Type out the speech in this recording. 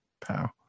pow